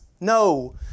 No